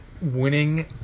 winning